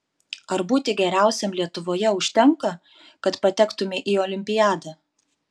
ar būti geriausiam lietuvoje užtenka kad patektumei į olimpiadą